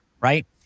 Right